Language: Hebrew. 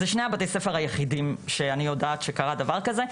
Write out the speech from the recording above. זה שני בתי הספר היחידים שאני יודעת שקרה דבר כזה.